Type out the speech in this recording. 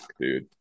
dude